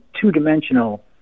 two-dimensional